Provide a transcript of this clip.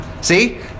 See